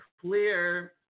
clear